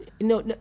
No